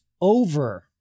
over